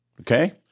Okay